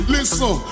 Listen